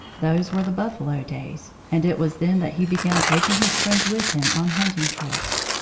those were the buffalo days, and it was then that he began taking his friends with him on hunt ing trips.